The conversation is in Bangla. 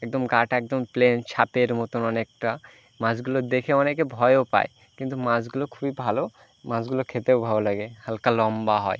একদম গাটা একদম প্লেন সাপের মতন অনেকটা মাছগুলো দেখে অনেকে ভয়ও পায় কিন্তু মাছগুলো খুবই ভালো মাছগুলো খেতেও ভালো লাগে হালকা লম্বা হয়